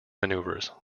maneuvers